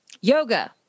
Yoga